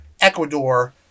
Ecuador